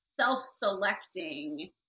self-selecting